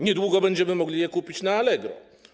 Niedługo będziemy mogli je kupić na Allegro.